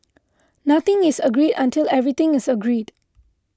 nothing is agreed until everything is agreed